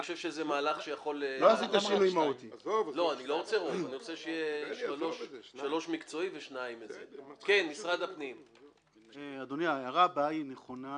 אני חושב שזה מהלך שיכול --- ההערה הבאה נכונה